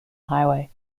highway